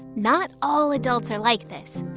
not all adults are like this.